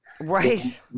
Right